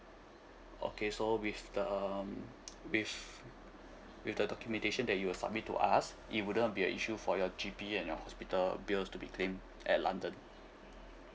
okay so with the with with the documentation that you were submit to us it wouldn't be a issue for your G_P and your hospital bills to be claimed at london